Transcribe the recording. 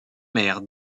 mère